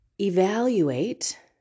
evaluate